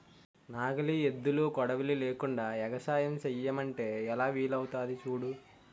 నాగలి, ఎద్దులు, కొడవలి లేకుండ ఎగసాయం సెయ్యమంటే ఎలా వీలవుతాది సూడు